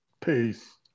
Peace